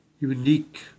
unique